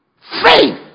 faith